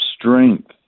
strength